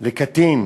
לקטין.